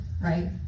Right